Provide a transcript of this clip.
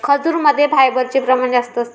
खजूरमध्ये फायबरचे प्रमाण जास्त असते